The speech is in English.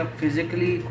physically